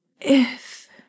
If—